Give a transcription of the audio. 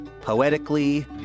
poetically